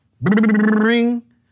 Ring